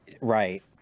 Right